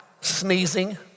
sneezing